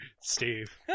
Steve